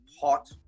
hot